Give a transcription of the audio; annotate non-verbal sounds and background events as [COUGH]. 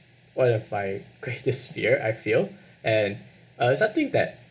one of my greatest [NOISE] fear I feel and uh is something that